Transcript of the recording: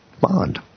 bond